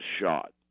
shot